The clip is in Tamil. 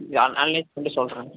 நான் அனலைஸ் பண்ணிவிட்டு சொல்கிறேன்